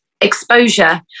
exposure